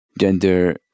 gender